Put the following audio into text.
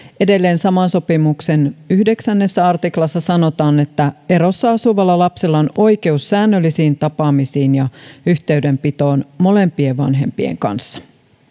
edelleen saman sopimuksen yhdeksännessä artiklassa sanotaan että erossa asuvalla lapsella on oikeus säännöllisiin tapaamisiin ja yhteydenpitoon molempien vanhempien kanssa